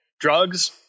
drugs